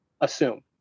assume